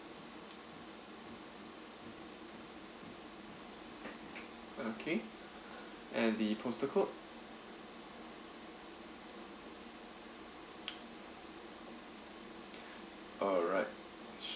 okay and the postal code alright